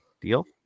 Deal